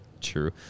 True